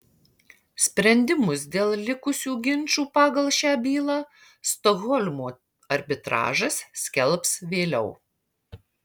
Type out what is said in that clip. sprendimus dėl likusių ginčų pagal šią bylą stokholmo arbitražas skelbs vėliau